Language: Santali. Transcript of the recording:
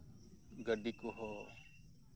ᱜᱟᱹᱰᱤ ᱠᱚᱸᱦᱚ